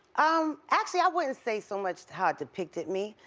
um actually, i wouldn't say so much how it depicted me.